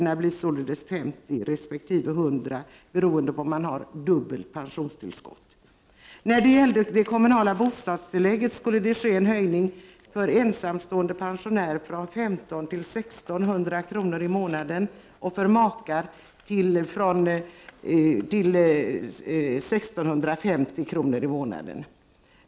Det blev alltså 50 resp. 100 beroende på om man har dubbelt pensionstillskott eller ej. Det kommunala bostadstillägget skulle höjas för ensamstående pensionärer från 1500 till 1600 kr. i månaden och för makar till 1650 kr. i månaden.